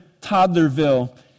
toddlerville